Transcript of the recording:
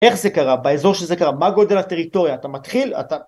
‫איך זה קרה, באזור שזה קרה, ‫מה גודל הטריטוריה? אתה מתחיל...